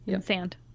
Sand